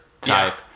type